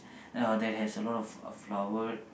uh that has a lot of uh flower